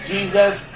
Jesus